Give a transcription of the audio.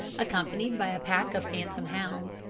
accompanied by a pack of phantom hounds,